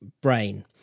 brain